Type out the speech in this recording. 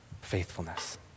faithfulness